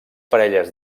parelles